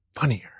funnier